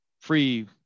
free